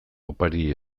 opariei